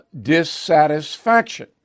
dissatisfaction